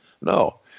No